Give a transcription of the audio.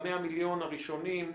ב-100 מיליון הראשונים,